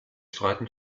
streiten